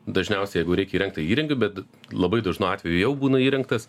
dažniausiai jeigu reikia įrengt tai įrengiu bet labai dažnu atveju jau būna įrengtas